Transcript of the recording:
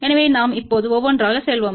எனவே நாம் இப்போது ஒவ்வொன்றாக செல்வோம்